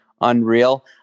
unreal